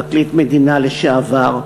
פרקליט מדינה לשעבר,